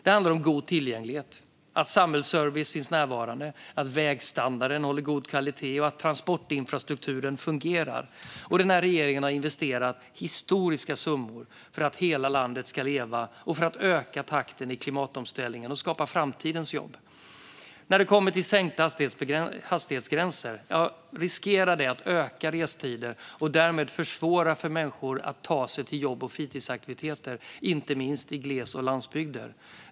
Det handlar om god tillgänglighet, att samhällsservice finns närvarande, att vägstandarden håller god kvalitet och att transportinfrastrukturen fungerar. Den här regeringen har investerat historiska summor för att hela landet ska leva och för att öka takten i klimatomställningen och skapa framtidens jobb. Sänkta hastighetsgränser riskerar att öka restider och därmed försvåra för människor att ta sig till jobb och fritidsaktiviteter, inte minst i gles och landsbygder.